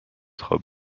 خواب